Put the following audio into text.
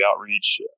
outreach